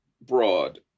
broad